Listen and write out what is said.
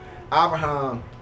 Abraham